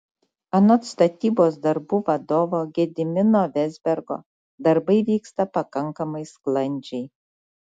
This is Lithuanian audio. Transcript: anot statybos darbų vadovo gedimino vezbergo darbai vyksta pakankamai sklandžiai